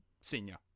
senior